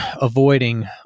avoiding